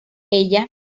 ella